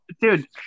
Dude